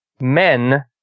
men